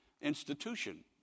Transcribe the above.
institution